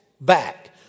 back